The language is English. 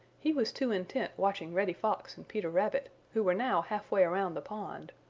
he was too intent watching reddy fox and peter rabbit, who were now half way around the pond.